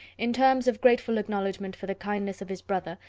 in terms of grateful acknowledgment for the kindness of his brother,